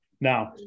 now